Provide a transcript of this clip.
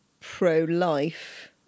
pro-life